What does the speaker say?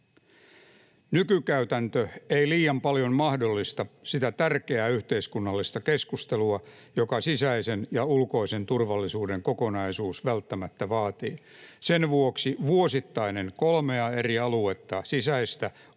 Nykykäytäntö ei liian paljon mahdollista sitä tärkeää yhteiskunnallista keskustelua, jota sisäisen ja ulkoisen turvallisuuden kokonaisuus välttämättä vaatii. Sen vuoksi vuosittainen kolmea eri aluetta — sisäistä, ulkoista